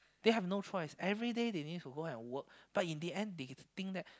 they have no choice everyday they need to go and work but in the end they think that